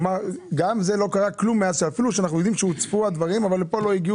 אפילו כשהדברים הוצפו הם לא הגיעו